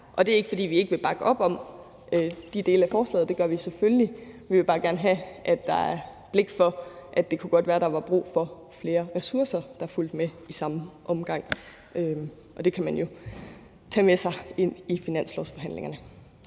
Og det er ikke, fordi vi ikke vil bakke op om de dele af forslagene. Det gør vi selvfølgelig. Vi vil bare gerne have, at der er blik for, at det godt kunne være, der var brug for, at der fulgte flere ressourcer med i samme omgang. Det kan man jo tage med ind i finanslovsforhandlingerne.